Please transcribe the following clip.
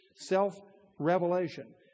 self-revelation